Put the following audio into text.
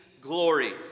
glory